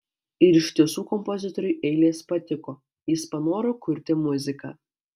ir iš tiesų kompozitoriui eilės patiko jis panoro kurti muziką